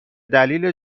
دلیل